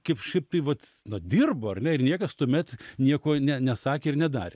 kaip šiaip tai vat na dirbo ar ne ir niekas tuomet nieko ne nesakė ir nedarė